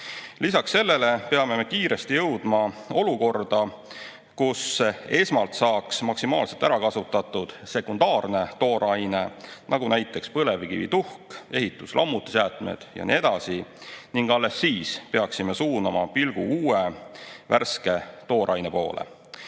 Lisaks sellele peame kiiresti jõudma olukorda, kus esmalt saaks maksimaalselt ära kasutatud sekundaarne tooraine, näiteks põlevkivituhk, ehitus-lammutusjäätmed ja nii edasi, ning alles siis peaksime suunama pilgu uue, värske tooraine poole.